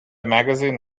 magazine